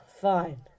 fine